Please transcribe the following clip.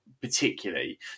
particularly